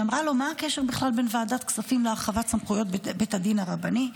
שאמרה לו: מה הקשר בכלל בין ועדת כספים להרחבת סמכויות בית הדין הרבני?